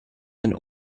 than